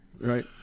right